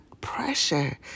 pressure